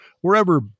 wherever